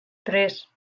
tres